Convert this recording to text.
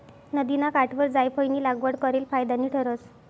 नदिना काठवर जायफयनी लागवड करेल फायदानी ठरस